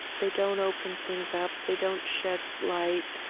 they don't open things up. they don't shed light.